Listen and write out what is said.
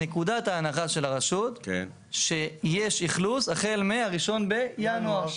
נקודת ההנחה של הרשות היא שיש אכלוס החל מהראשון בינואר.